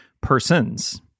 persons